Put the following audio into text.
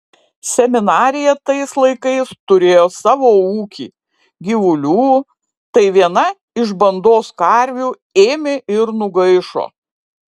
seminarija tais laikais turėjo savo ūkį gyvulių tai viena iš bandos karvių ėmė ir nugaišo